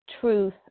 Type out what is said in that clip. truth